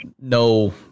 no